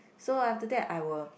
so after that I will